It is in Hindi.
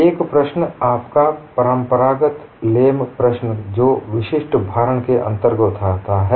एक प्रश्न आपका परंपरागत लेम प्रश्न conventional Lamė's problem जो विशिष्ट भारण के अंतर्गत होता है